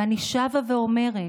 ואני שבה ואומרת,